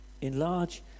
enlarge